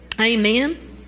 Amen